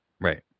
Right